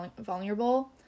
vulnerable